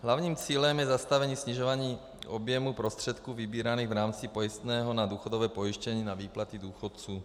Hlavním cílem je zastavení snižování objemu prostředků vybíraných v rámci pojistného na důchodové pojištění na výplaty důchodů.